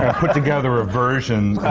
and put together a version.